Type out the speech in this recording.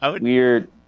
weird